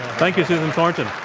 thank you, susan thornton.